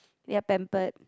they're pampered